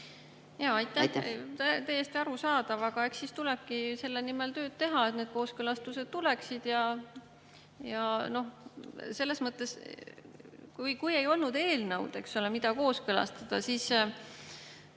Jaa, täiesti arusaadav. Aga eks siis tulebki selle nimel tööd teha, et need kooskõlastused tuleksid. Selles mõttes, kui ei olnud eelnõu, mida kooskõlastada, siis